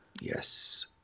Yes